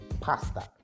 pasta